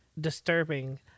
disturbing